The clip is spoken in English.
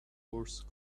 horse